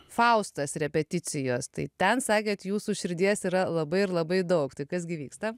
faustas repeticijos tai ten sakėt jūsų širdies yra labai ir labai daug tai kas gi vyksta